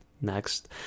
next